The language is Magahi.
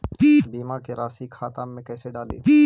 बीमा के रासी खाता में कैसे डाली?